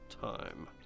time